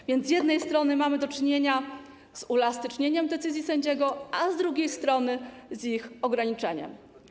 A więc z jednej strony mamy do czynienia z uelastycznieniem decyzji sędziego, a z drugiej strony - z ich ograniczaniem.